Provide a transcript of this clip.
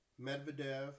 Medvedev